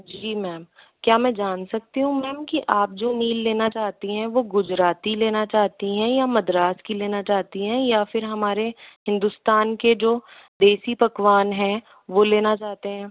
जी ma'am क्या मैं जान सकती हूँ मैम कि आप जो मील लेना चाहती है वो गुजराती लेना चाहती हैं या मद्रास की लेना चाहती हैं या फिर हमारे हिंदुस्तान के जो देसी पकवान हैं वो लेना चाहते है